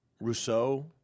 Rousseau